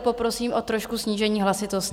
Poprosím o trošku snížení hlasitosti.